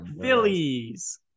Phillies